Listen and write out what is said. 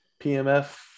PMF